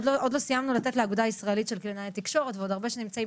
עוד לא סיימנו לתת לאגודה הישראלית של קלינאי תקשורת ועוד הרבה שנמצאים